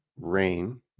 Rain